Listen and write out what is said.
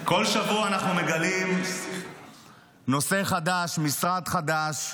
כל שבוע אנחנו מגלים נושא חדש, משרד חדש.